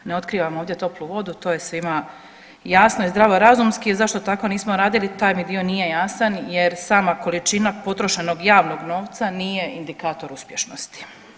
Ne otkrivam ovdje toplu vodu to je svima jasno i zdravorazumski, a zašto tako nismo radili taj mi dio nije jasan jer sama količina potrošenog javnog novca nije indikator uspješnosti.